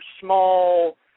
small